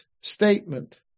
statement